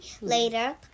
later